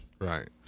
Right